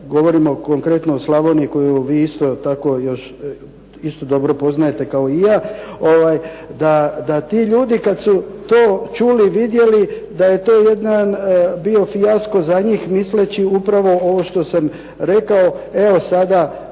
govorimo konkretno o Slavoniji koju vi isto tako još isto dobro poznajete kao i ja da ti ljudi kad su to čuli i vidjeli da je to jedan bio fijasko za njih misleći upravo ovo što sam rekao. Evo sada